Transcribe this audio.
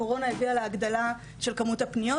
הקורונה הביאה להגדלה של כמות הפניות,